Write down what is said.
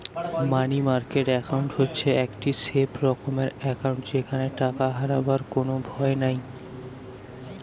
মানি market account হচ্ছে একটি safe রকমের একাউন্ট যেখানে টাকা হারাবার কোনো ভয় নাই